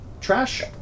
trash